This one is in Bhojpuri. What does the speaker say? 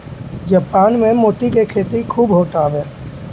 जापान में मोती के खेती खूब होत हवे